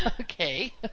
Okay